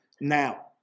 now